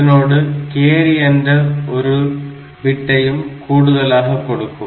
இதனோடு கேரி என்ற ஒரு பிட்டையும் கூடுதலாக கொடுக்கும்